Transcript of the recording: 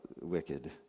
wicked